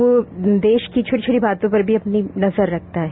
वो देश की छोटी छोटी बातों पर भी अपनी नजर रखता है